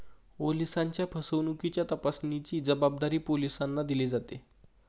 ओलिसांच्या फसवणुकीच्या तपासाची जबाबदारी पोलिसांना दिली जाते